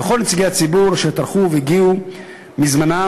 ולכל נציגי הציבור שטרחו והגיעו בזמנם